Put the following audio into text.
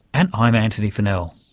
and i'm antony funnell.